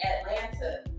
Atlanta